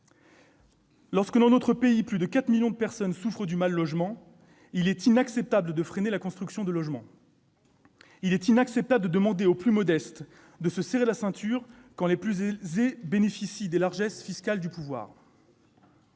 ... Dans un pays où plus de 4 millions de personnes souffrent du mal-logement, il est inacceptable de freiner la construction de logements ! Inacceptable de demander aux plus modestes de se serrer la ceinture, quand les plus aisés bénéficient des largesses fiscales du pouvoir